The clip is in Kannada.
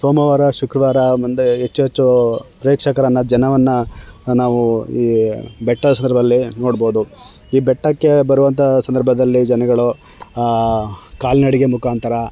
ಸೋಮವಾರ ಶುಕ್ರವಾರ ಮುಂದೆ ಹೆಚ್ಚು ಹೆಚ್ಚು ಪ್ರೇಕ್ಷಕರನ್ನು ಜನವನ್ನು ನಾವು ಈ ಬೆಟ್ಟದ ಸಂದರ್ಭದಲ್ಲಿ ನೋಡ್ಬೋದು ಈ ಬೆಟ್ಟಕ್ಕೆ ಬರುವಂತಹ ಸಂದರ್ಭದಲ್ಲಿ ಜನಗಳು ಕಾಲ್ನಡಿಗೆ ಮುಖಾಂತರ